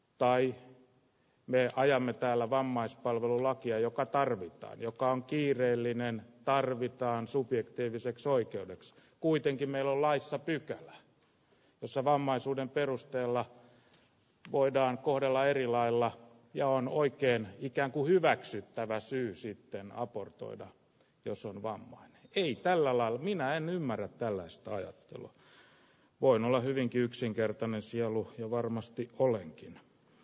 tai lea ja me täällä vammaispalvelulakia joka tarvitaan joka on kiireellinen tarvitaan subjektiiviset oikeudet kuitenkin melolaissa pykälä jossa vammaisuuden perusteella voidaan kohdella eri lailla ja on oikein ikäänkuin hyväksyttävä syy sitten raportoida jos on vanha ei tällä alalla minä en ymmärrä tällaista ajattelua voin olla hyvinkin yksinkertainen sijaluku ja varmasti olenkin